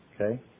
Okay